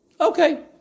okay